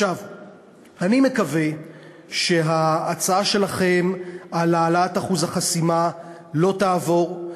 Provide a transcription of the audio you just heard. אני מקווה שההצעה שלכם להעלות את אחוז החסימה לא תעבור.